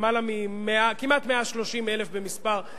כמעט 130,000 במספר,